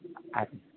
അതെ